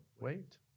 wait